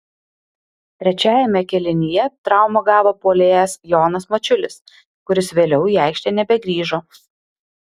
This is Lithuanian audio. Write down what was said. trečiajame kėlinyje traumą gavo puolėjas jonas mačiulis kuris vėliau į aikštę nebegrįžo